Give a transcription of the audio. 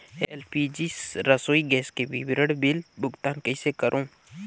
LPG रसोई gas के विवरण बिल भुगतान कइसे करों?